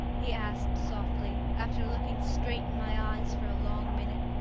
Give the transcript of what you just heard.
he asked softly, after looking straight in my eyes for a long minute,